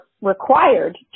required